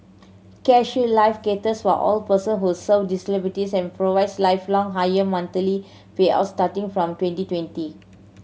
CareShield Life caters all person who so disabilities and provides lifelong higher monthly payouts starting from twenty twenty